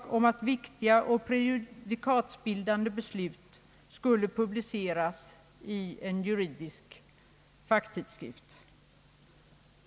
om att viktiga och prejudikatsbildande beslut skulle publiceras i en juridisk facktidskrift.